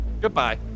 Goodbye